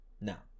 now